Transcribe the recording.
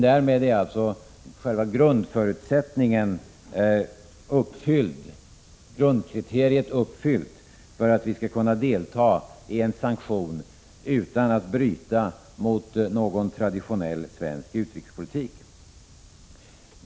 Därmed har man alltså uppfyllt själva grundkriteriet för att vi skall kunna delta i en sanktion utan att bryta mot traditionell svensk utrikespolitik.